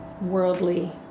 worldly